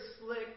slick